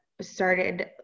started